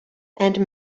and